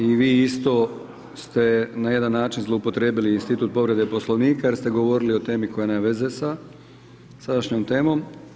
I vi isto ste na jedan način zloupotrijebili institut povrede Poslovnika jer ste govorili o temi koja nema veze sa sadašnjom temom.